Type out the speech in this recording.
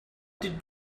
did